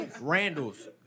Randalls